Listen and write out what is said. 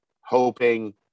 hoping